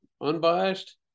unbiased